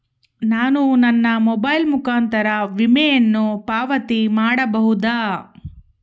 ನಾನು ನನ್ನ ಮೊಬೈಲ್ ಮುಖಾಂತರ ವಿಮೆಯನ್ನು ಪಾವತಿ ಮಾಡಬಹುದಾ?